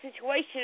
situation